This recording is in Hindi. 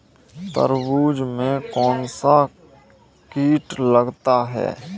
तरबूज में कौनसा कीट लगता है?